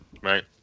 Right